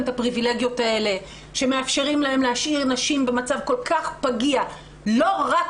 הפריווילגיות האלה שמאפשרות להם להשאיר נשים במצב כל כך פגיעה לא רק